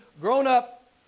grown-up